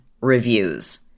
reviews